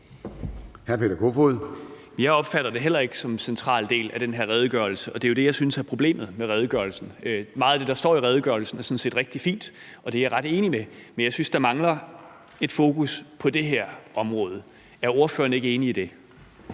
Jeg opfatter det heller ikke som en central del af den her redegørelse, og det er jo det, jeg synes er problemet med redegørelsen. Meget af det, der står i redegørelsen, er sådan set rigtig fint, og det er jeg ret enig i. Men jeg synes, der mangler et fokus på det her område. Er ordføreren ikke enig i det?